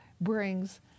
brings